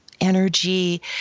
energy